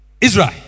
Israel